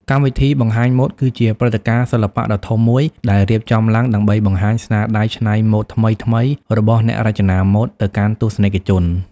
កម្មវិធីបង្ហាញម៉ូដ គឺជាព្រឹត្តិការណ៍សិល្បៈដ៏ធំមួយដែលរៀបចំឡើងដើម្បីបង្ហាញស្នាដៃច្នៃម៉ូដថ្មីៗរបស់អ្នករចនាម៉ូដ ទៅកាន់ទស្សនិកជន។